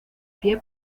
pie